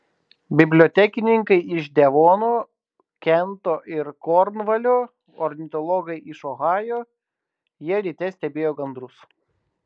bibliotekininkai iš devono kento ir kornvalio ornitologai iš ohajo jie ryte stebėjo gandrus